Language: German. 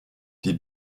die